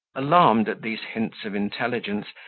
alarmed at these hints of intelligence,